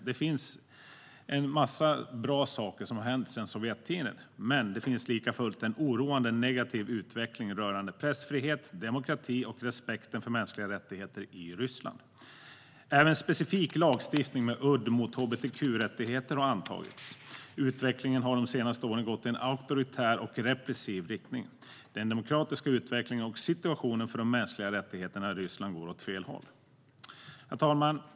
Det har hänt många bra saker efter Sovjettiden, men det finns likafullt en oroande negativ utveckling rörande pressfrihet, demokrati och respekten för mänskliga rättigheter i Ryssland. Även specifik lagstiftning med udd mot hbtq-rättigheter har antagits. Utvecklingen har under de senaste åren gått i en auktoritär och repressiv riktning. Den demokratiska utvecklingen och situationen för de mänskliga rättigheterna i Ryssland går åt fel håll. Herr talman!